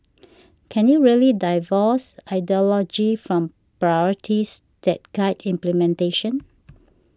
can you really divorce ideology from priorities that guide implementation